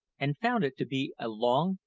and found it to be a long,